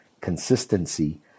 consistency